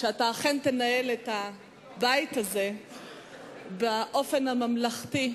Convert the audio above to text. שאכן תנהל את הבית הזה באופן הממלכתי,